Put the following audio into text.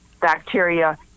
bacteria